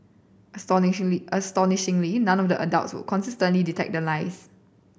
astonishingly astonishingly none of the adults would consistently detect the lies